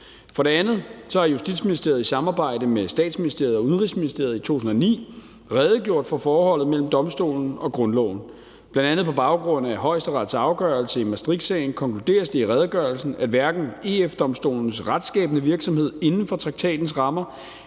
For det andet har Justitsministeriet i samarbejde med Statsministeriet og Udenrigsministeriet i 2009 redegjort for forholdet mellem Domstolen og grundloven. Bl.a. på baggrund af Højesterets afgørelse i Maastrichtsagen konkluderes det i redegørelsen, at hverken EF-Domstolens retsskabende virksomhed inden for traktatens rammer